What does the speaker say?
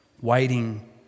waiting